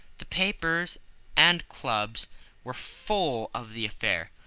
the papers and clubs were full of the affair,